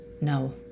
No